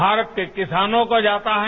भारत के किसानों को जाता है